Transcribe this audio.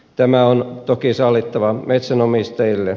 tämä on toki sallittava metsänomistajille